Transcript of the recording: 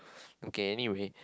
M kay anyway